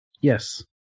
Yes